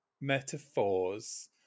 metaphors